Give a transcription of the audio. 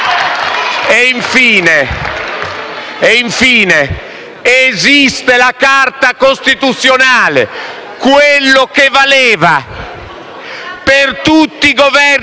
Infine, esiste la Carta costituzionale. Quello che valeva per tutti i Governi